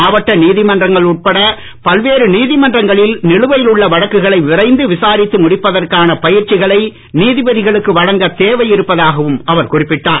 மாவட்ட நீதிமன்றங்கள் உட்பட பல்வேறு நீதிமன்றங்களில் நிலுவையில் உள்ள வழக்குகளை விரைந்து விசாரித்து முடிப்பதற்கான பயிற்சிகளை நீதிபதிகளுக்கு வழங்க தேவை இருப்பதாகவும் அவர் குறிப்பிட்டார்